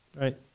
Right